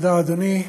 תודה, אדוני.